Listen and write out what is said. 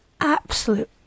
absolute